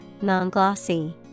non-glossy